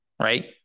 Right